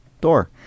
door